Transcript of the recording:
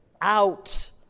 out